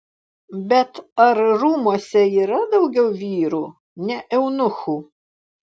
bet ar rūmuose yra daugiau vyrų ne eunuchų